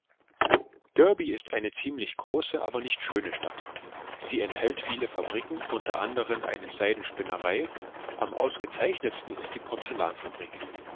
derby ist eine ziemlich große aber nicht schöne stadt sie enthält viele fabriken unter anderen eine seidenspinnerei am ausgezeichnetsten ist die